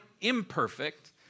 imperfect